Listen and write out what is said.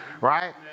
right